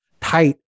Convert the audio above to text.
tight